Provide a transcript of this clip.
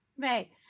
Right